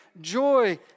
joy